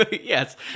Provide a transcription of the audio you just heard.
Yes